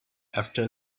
after